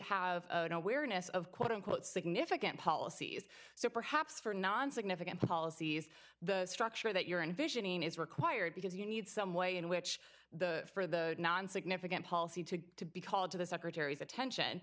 have nowhere ness of quote unquote significant policies so perhaps for non significant policies the structure that you're in visioning is required because you need some way in which the for the non significant policy to get to be called to the secretary's attention